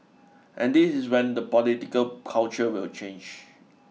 and this is when the political culture will change